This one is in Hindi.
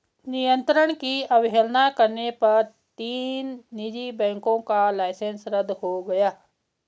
नियंत्रण की अवहेलना करने पर तीन निजी बैंकों का लाइसेंस रद्द हो गया